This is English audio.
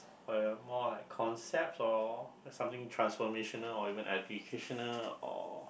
or ya more like concepts or something transformational or even educational or